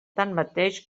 tanmateix